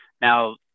Now